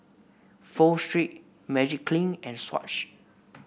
Pho Street Magiclean and Swatch